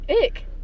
Ick